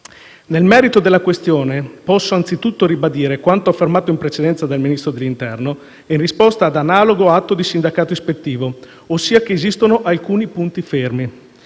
Nel merito della questione, posso anzitutto ribadire quanto affermato in precedenza dal Ministro dell'interno in risposta ad analogo atto di sindacato ispettivo, ossia che esistono alcuni punti fermi.